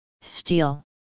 Steel